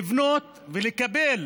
לבנות ולקבל